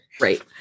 Right